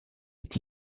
est